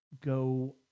go